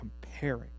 comparing